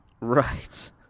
Right